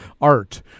art